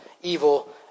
evil